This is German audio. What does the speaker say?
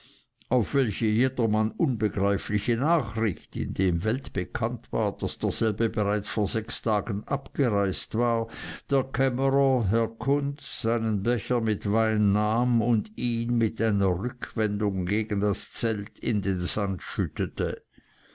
auf welche jedermann unbegreifliche nachricht indem weltbekannt war daß derselbe bereits vor sechs tagen abgereist war der kämmerer herr kunz seinen becher mit wein nahm und ihn mit einer rückwendung gegen das zelt in den sand schüttete